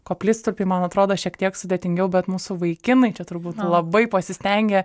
koplytstulpį man atrodo šiek tiek sudėtingiau bet mūsų vaikinai čia turbūt labai pasistengė